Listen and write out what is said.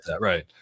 right